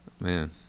man